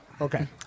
Okay